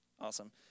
Awesome